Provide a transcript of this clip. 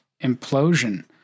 implosion